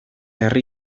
herri